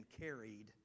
carried